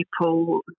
people